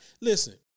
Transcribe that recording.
Listen